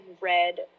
red